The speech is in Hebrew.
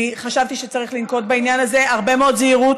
אני חשבתי שצריך לנקוט בעניין הזה הרבה מאוד זהירות.